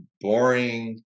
boring